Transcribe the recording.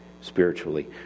spiritually